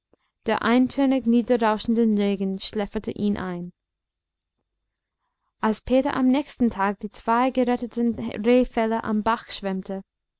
der eintönig niederrauschende regen schläferte ihn ein als peter am nächsten tag die zwei geretteten rehfelle am bach